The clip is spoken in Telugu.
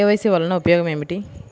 కే.వై.సి వలన ఉపయోగం ఏమిటీ?